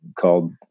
called